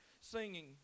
singing